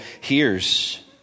hears